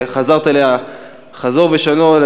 וחזרת עליה חזור ושנה,